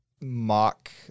mock